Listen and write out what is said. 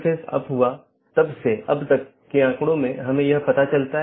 इसलिए जब ऐसी स्थिति का पता चलता है तो अधिसूचना संदेश पड़ोसी को भेज दिया जाता है